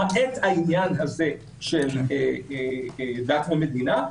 למעט העניין הזה של דת ומדינה.